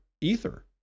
Ether